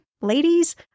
ladies